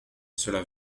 cela